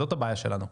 זאת הבעיה שלנו.